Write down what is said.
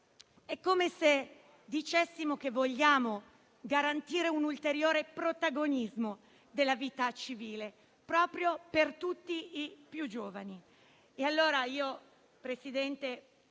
È come se dicessimo che vogliamo garantire un'ulteriore protagonismo della vita civile proprio per tutti i più giovani. Presidente,